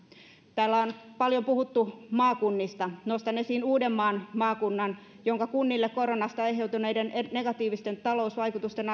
täällä on paljon puhuttu maakunnista nostan esiin uudenmaan maakunnan jonka kunnille koronasta aiheutuneiden negatiivisten talousvaikutusten